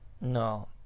No